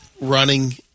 running